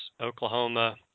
Oklahoma